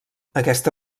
aquesta